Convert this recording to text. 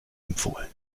empfohlen